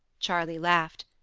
charley laughed.